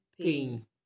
pain